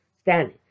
standing